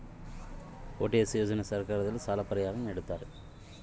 ಯಾವ ಸರ್ಕಾರದ ಯೋಜನೆಯಲ್ಲಿ ಸಾಲ ಪರಿಹಾರ ನೇಡುತ್ತಾರೆ?